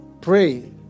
Pray